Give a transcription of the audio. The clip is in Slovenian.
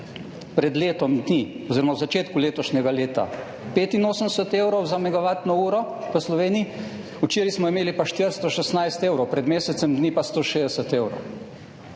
pred letom dni oziroma v začetku letošnjega leta 85 evrov za megavatno uro v Sloveniji, včeraj smo imeli pa 416 šestnajst evrov, pred mesecem dni pa 160 evrov.